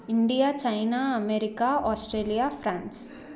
India China America Australia France